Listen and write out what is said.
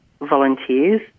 volunteers